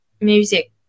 music